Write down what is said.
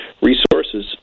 resources